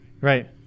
Right